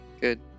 good